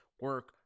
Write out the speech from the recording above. Work